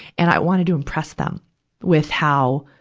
and i wanted to impress them with how,